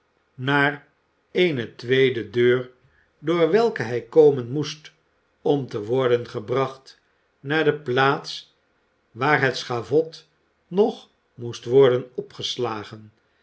naar eene tweede deur door welke hij komen moest om te worden gebracht naar de plaats waar het schavot nog moest worden opgeslagen